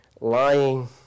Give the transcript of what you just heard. lying